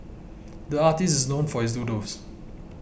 the artist is known for his doodles